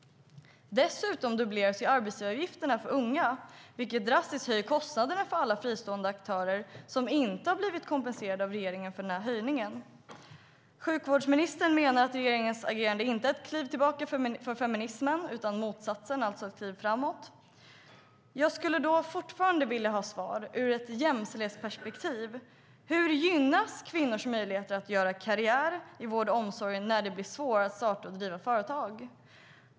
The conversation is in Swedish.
Dessutom dubbleras arbetsgivaravgifterna för unga, vilket drastiskt höjer kostnaderna för alla fristående aktörer som inte har blivit kompenserade av regeringen för höjningen. Sjukvårdsministern menar att regeringens agerande inte är ett kliv tillbaka för feminismen utan motsatsen, det vill säga ett kliv framåt. Jag skulle fortfarande vilja ha ett svar ur ett jämställdhetsperspektiv. Hur gynnas kvinnors möjligheter att göra karriär i vård och omsorg när det blir svårare att starta och driva företag?